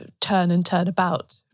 turn-and-turn-about